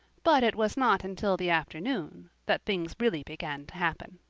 but it was not until the afternoon that things really began to happen.